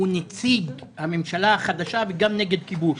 הוא נציג הממשלה החדשה וגם נגד כיבוש.